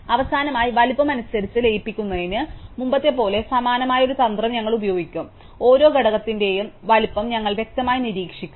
അവസാനമായി വലുപ്പമനുസരിച്ച് ലയിപ്പിക്കുന്നതിന് മുമ്പത്തെപ്പോലെ സമാനമായ ഒരു തന്ത്രം ഞങ്ങൾ ഉപയോഗിക്കും അതിനാൽ ഓരോ ഘടകത്തിന്റെയും വലുപ്പം ഞങ്ങൾ വ്യക്തമായി നിരീക്ഷിക്കും